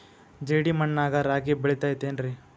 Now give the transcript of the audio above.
ಜೇಡಿ ಮಣ್ಣಾಗ ರಾಗಿ ಬೆಳಿತೈತೇನ್ರಿ?